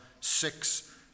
six